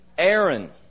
Aaron